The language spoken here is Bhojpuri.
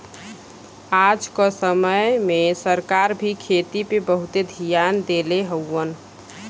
आज क समय में सरकार भी खेती पे बहुते धियान देले हउवन